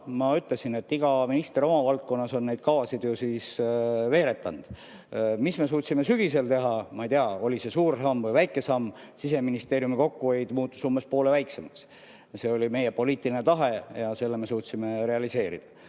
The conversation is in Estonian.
Ma ütlesin, et iga minister on oma valdkonnas neid kavasid veeretanud. Mida me suutsime sügisel teha? Ma ei tea, kas see oli suur või väike samm, aga Siseministeeriumi kokkuhoid muutus umbes poole väiksemaks. See oli meie poliitiline tahe ja selle me suutsime realiseerida,